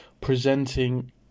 presenting